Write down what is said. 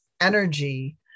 energy